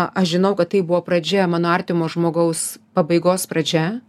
aš žinau kad tai buvo pradžia mano artimo žmogaus pabaigos pradžia